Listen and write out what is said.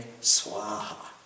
swaha